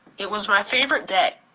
it was my favorite day.